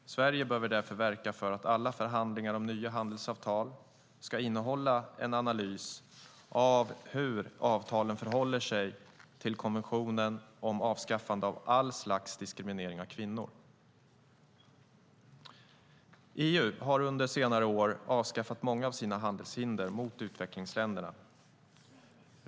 Sverige behöver därför verka för att alla förhandlingar om nya handelsavtal ska innehålla en analys av hur avtalen förhåller sig till konventionen om avskaffande av all slags diskriminering av kvinnor. EU har under senare år avskaffat många av sina handelshinder mot utvecklingsländerna.